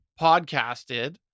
podcasted